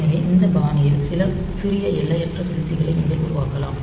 எனவே இந்த பாணியில் சில சிறிய எல்லையற்ற சுழற்சிகளை நீங்கள் உருவாக்கலாம்